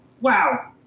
wow